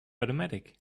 automatic